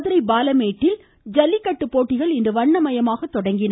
மதுரை பாலமேட்டில் ஜல்லிக்கட்டு போட்டிகள் இன்று வண்ணமயமாக தொடங்கின